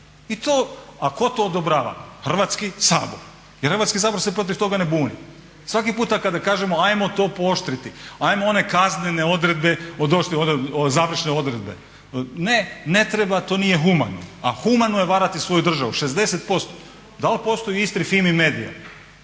I to, a tko to odobrava? Hrvatski sabor. Jer Hrvatski sabor se protiv toga ne buni. Svaki puta kada kažemo ajmo to pooštriti, ajmo one kaznene odredbe …/Govornik se ne razumije./… završne odredbe, ne, ne treba to nije humano. A humano je varati svoju državu? 60%. Da li postoji u Istri FIMI-MEDIA?